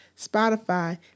Spotify